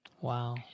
Wow